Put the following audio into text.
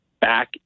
back